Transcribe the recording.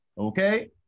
Okay